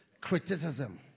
criticism